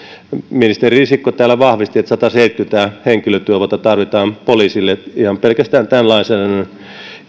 ministeri risikko täällä vahvisti että sataseitsemänkymmentä henkilötyövuotta tarvitaan poliisille ihan pelkästään tämän lainsäädännön